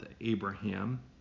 Abraham